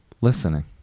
listening